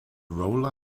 rolla